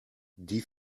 die